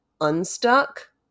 unstuck